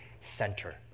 center